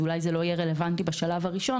אולי זה לא יהיה רלוונטי בשלב הראשון,